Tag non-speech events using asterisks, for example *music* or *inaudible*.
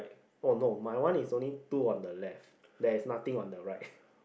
oh no my one is only two on the left there's nothing on the right *breath*